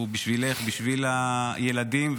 הוא בשבילך, בשביל הילדים.